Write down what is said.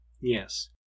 Yes